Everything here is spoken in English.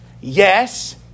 Yes